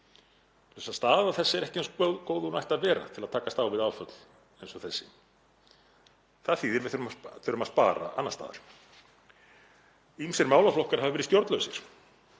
þannig að staða þess er ekki eins góð og hún ætti að vera til að takast á við áföll eins og þessi. Það þýðir að við þurfum að spara annars staðar. Ýmsir málaflokkar hafa verið stjórnlausir.